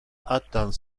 attend